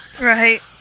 Right